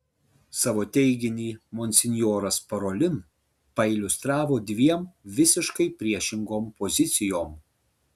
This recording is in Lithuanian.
savo teiginį monsinjoras parolin pailiustravo dviem visiškai priešingom pozicijom